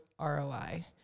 ROI